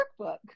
workbook